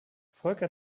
volker